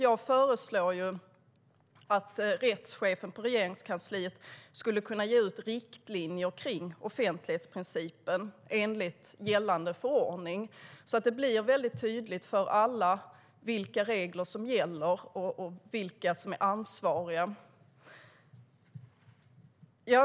Jag föreslår att rättschefen i Statsrådsberedningen skulle kunna ge ut riktlinjer kring offentlighetsprincipen enligt gällande förordning, så att det blir mycket tydligt för alla vilka regler som gäller och vilka som är ansvariga.